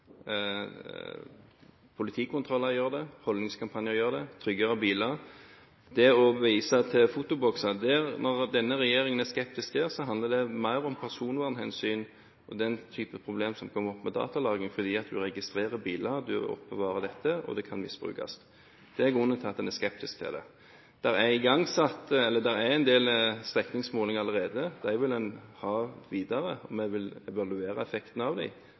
Politikontroller gjør det, holdningskampanjer gjør det, tryggere biler gjør det. Til dette med fotobokser. Det at denne regjeringen er skeptisk til det, handler mer om personvernhensyn og problemer i forbindelse med datalagring: En registrerer biler. En oppbevarer det, og det kan misbrukes. Det er grunnen til at en er skeptisk til dette. Det er en del strekningsmålinger allerede. Det vil en fortsatt ha. Vi vil evaluere effekten av